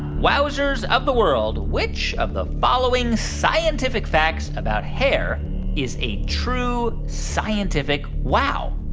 wowzers of the world, which of the following scientific facts about hair is a true scientific wow?